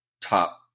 top